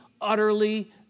utterly